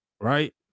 right